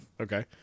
Okay